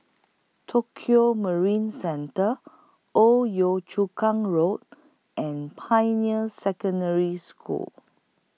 Tokio Marine Centre Old Yio Chu Kang Road and Pioneer Secondary School